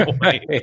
right